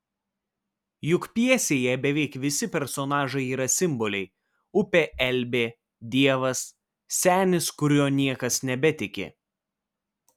juk pjesėje beveik visi personažai yra simboliai upė elbė dievas senis kuriuo niekas nebetiki